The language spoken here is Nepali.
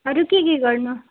अरू के के गर्नु